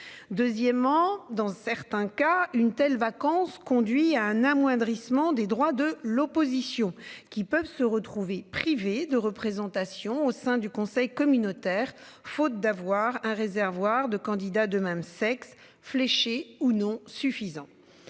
Deuxièmement, dans certains cas une telle vacances conduit à un amoindrissement des droits de l'opposition qui peuvent se retrouver privés de représentation au sein du conseil communautaire, faute d'avoir un réservoir de candidats de même sexe fléché ou non suffisant.